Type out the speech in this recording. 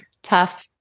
Tough